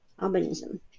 albinism